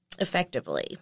effectively